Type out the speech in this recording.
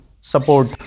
support